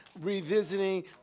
revisiting